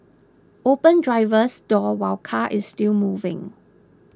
open driver's door while car is still moving